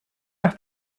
got